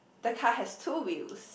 the car has two wheels